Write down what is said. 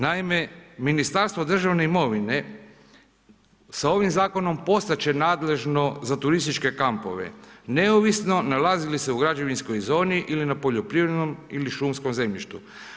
Naime, Ministarstvo državne imovine sa ovim zakonom postat će nadležno za turističke kampove neovisno nalazi li se u građevinskoj zoni ili na poljoprivrednom ili šumskom zemljištu.